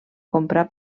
comprar